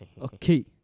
Okay